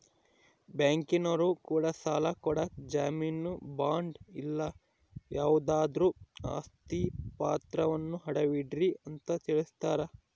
ಬ್ಯಾಂಕಿನರೊ ಕೂಡ ಸಾಲ ಕೊಡಕ ಜಾಮೀನು ಬಾಂಡು ಇಲ್ಲ ಯಾವುದಾದ್ರು ಆಸ್ತಿ ಪಾತ್ರವನ್ನ ಅಡವಿಡ್ರಿ ಅಂತ ತಿಳಿಸ್ತಾರ